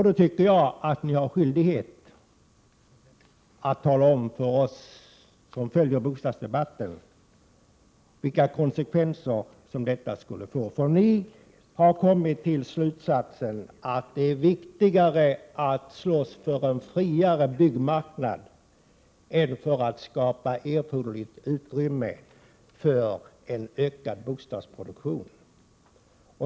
Då tycker jag att ni har skyldighet att tala om för oss som följer bostadsdebatten vilka konsekvenser som detta skulle få. Ni har kommit till slutsatsen att det är viktigare att slåss för en friare byggmarknad än att skapa erforderligt utrymme för en ökad bostadsproduktion.